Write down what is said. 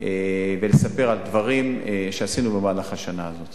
ולספר על דברים שעשינו במהלך השנה הזאת.